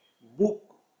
Book